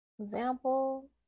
Example